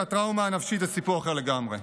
כי הטראומה הנפשית זה סיפור אחר לגמרי.